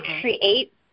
create